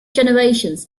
generations